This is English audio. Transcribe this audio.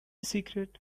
secret